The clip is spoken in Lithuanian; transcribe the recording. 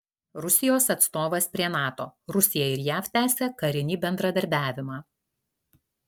rusijos atstovas prie nato rusija ir jav tęsia karinį bendradarbiavimą